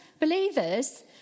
believers